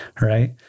Right